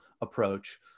approach